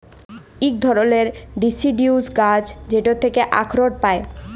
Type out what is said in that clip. ইক ধারালের ডিসিডিউস গাহাচ যেটর থ্যাকে আখরট পায়